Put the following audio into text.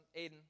Aiden